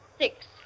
Six